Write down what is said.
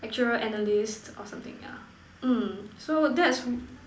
actuarial analyst or something yeah mm so that's